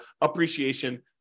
appreciation